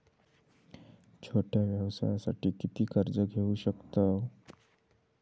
छोट्या व्यवसायासाठी किती कर्ज घेऊ शकतव?